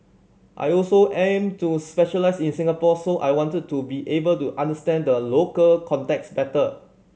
I also aim to specialise in Singapore so I wanted to be able to understand the local context better